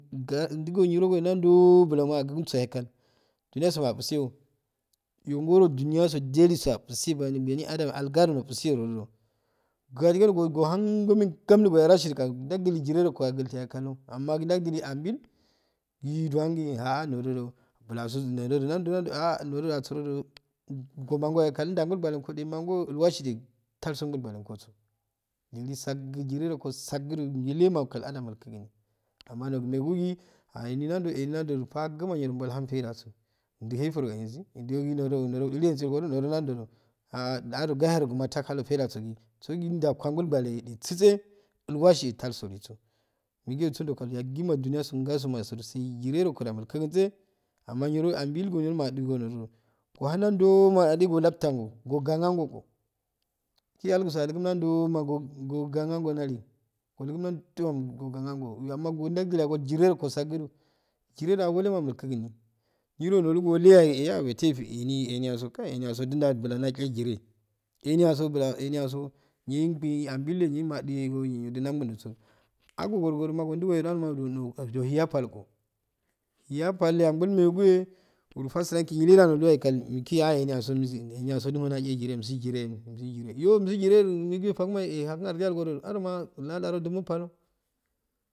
Ga ndango niro go nandoww bulau agunso yakal duniya so apsoyo nirongodo duwyago apusigho ano bano adam ehh halgan nopusuyedo gadigle do gohun melaga ngunrddu goya rashidu ahi ndawdilu jire rongo nate gul amma ndaldilu ambil gi ndingui ahh ndodo bulau so ndo to do ah ndo do aouro do gomangoyo ya ehkal ndangol girane kode mangoyo ya ehkal ndangol giranekode mangoyo ilwasi jigi tatongo gwanagosi dinusakk jire rongo sassu nillema mikull adam milkuti unu amma nogu megngi ahh ehi nanbo emi nando fagum nbo beihun faida so indu aifuro ensi ndo gi ndodo gi udolgodo ehgigi nando duw aharu gaherogoma tahanu faidda so gi suwogi ndalggol gwarengo yahay kisey ilwasi ehh tal soli so meguyo sunddo kat jo yaguma dunyaso ngasoma asuro jire ronkode mikn kuntse amma niro ambil ngo niro madu ngo niro gohu nanjow na amma duye ngo laftungo go ganganko ge alguso adunu nandoww mago guwa anga delu godulu nandow amma daggu wa gogu jizerugo sakk do jireda ngolema milkukuni niro ndu nileyeyeh wetehe wefo eni eniyaso kaji eniyaso du da buka ndgu jiza euyaso bulan eniyaso nyeh ngi ambiyye nyen madulre ndabukso agorgudoma gondugohema amma dohiya pal glo ya pal angol mayi goye urasafaki nilleyaheyley nolu yaye kal ekiyay emga misu enyaso miso jize misir jize eyo mosi jie eh faguma chakun aodiye algodo do aduma lada ro duno pal.